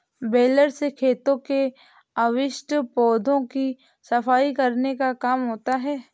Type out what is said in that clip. baler से खेतों के अवशिष्ट पौधों की सफाई करने का काम होता है